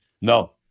No